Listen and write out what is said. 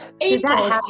April